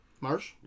Marsh